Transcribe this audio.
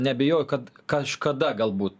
neabejoju kad kažkada galbūt